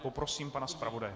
Poprosím pana zpravodaje.